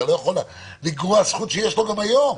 אתה לא יכול לגרוע זכות שיש לו גם היום.